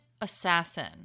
assassin